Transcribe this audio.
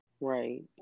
Right